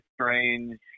strange